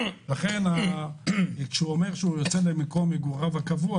לכן כשהוא אומר שהוא יוצא למקום מגוריו הקבוע